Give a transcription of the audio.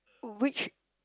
which